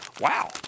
wow